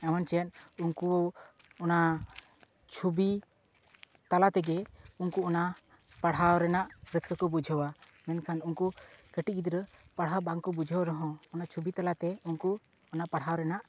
ᱮᱢᱚᱱ ᱪᱮᱫ ᱩᱱᱠᱩ ᱚᱱᱟ ᱪᱷᱩᱵᱤ ᱛᱟᱞᱟ ᱛᱮᱜᱮ ᱩᱱᱠᱩ ᱚᱱᱟ ᱯᱟᱲᱦᱟᱣ ᱨᱮᱭᱟᱜ ᱨᱟᱹᱥᱠᱟᱹ ᱠᱚ ᱵᱩᱡᱷᱟᱹᱣᱟ ᱢᱮᱱᱠᱷᱟᱱ ᱩᱱᱠᱩ ᱠᱟᱹᱴᱤᱡ ᱜᱤᱫᱽᱨᱟᱹ ᱯᱟᱲᱦᱟᱣ ᱵᱟᱝᱠᱚ ᱵᱩᱡᱷᱟᱹᱣ ᱨᱮᱦᱚᱸ ᱚᱱᱟ ᱪᱷᱩᱵᱤ ᱛᱟᱞᱟᱛᱮ ᱩᱱᱠᱩ ᱚᱱᱟ ᱯᱟᱲᱦᱟᱣ ᱨᱮᱱᱟᱜ